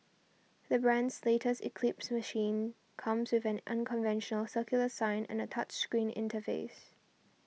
the brand's latest Eclipse machine comes with an unconventional circular sign and a touch screen interface